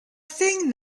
thing